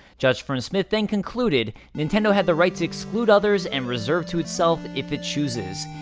judge fern smith then concluded, nintendo had the right to exclude others and reserve to itself, if it chooses.